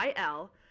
il